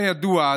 כידוע,